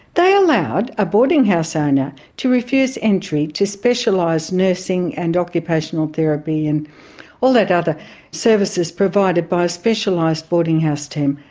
they allowed a boarding house owner to refuse entry to specialised nursing and occupational therapy and all those other services provided by a specialised boarding house team.